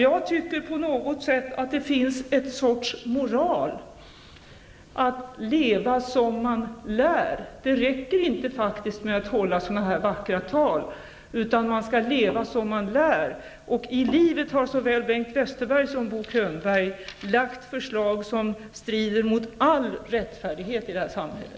Jag tycker att det ligger en moral i att leva som man lär. Det räcker faktiskt inte med att hålla sådana här vackra tal, utan man skall leva som man lär. I livet har såväl Bengt Westerberg som Bo Könberg lagt fram förslag som strider mot all rättfärdighet i vårt samhälle.